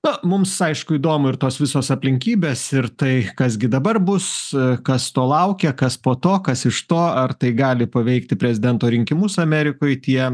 na mums aišku įdomu ir tos visos aplinkybės ir tai kas gi dabar bus kas to laukia kas po to kas iš to ar tai gali paveikti prezidento rinkimus amerikoj tie